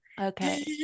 Okay